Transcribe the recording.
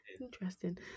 interesting